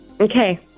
Okay